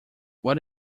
what